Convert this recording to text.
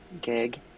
gig